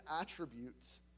attributes